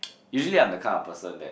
usually I'm the kind of person that